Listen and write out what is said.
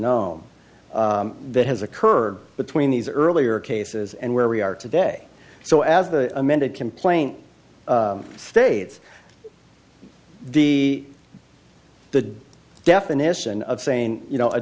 genome that has occurred between these earlier cases and where we are today so as the amended complaint states the the definition of saying you know a